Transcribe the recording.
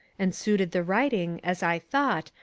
and suited the writing, as i thought,